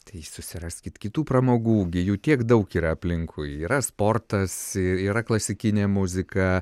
tai susiraskit kitų pramogų gi jų tiek daug yra aplinkui yra sportas yra klasikinė muzika